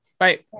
Right